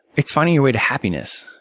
it's finding your way to happiness,